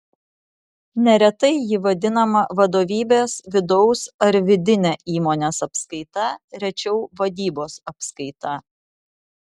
neretai ji vadinama vadovybės vidaus ar vidine įmonės apskaita rečiau vadybos apskaita